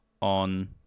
on